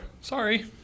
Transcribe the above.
sorry